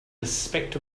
respect